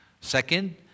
Second